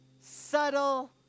subtle